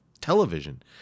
television